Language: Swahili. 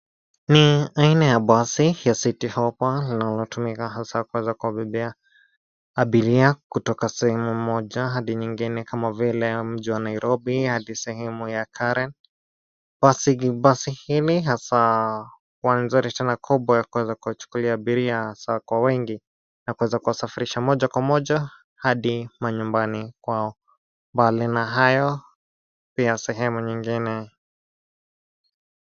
Ni aina ya basi ya Citi Hoppa inalotumika hasaa kuweza kuwabebea, abiria kutoka sehemu moja hadi nyingine kama vile mji wa Nairobi hadi sehemu ya Karen, basi hili hasaa, huwa nzuri tena kubwa ya kuweza kuwachukulia abiria hasaa kwa wengi, na kuweza kuwasafirisha moja kwa moja, hadi, manyumbani, kwao, mbali na hayo, pia sehemu nyingine.